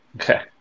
Okay